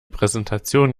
präsentation